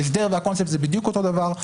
ההסדר והקונספט זה בדיוק אותו דבר.